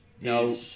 No